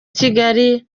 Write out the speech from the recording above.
kigali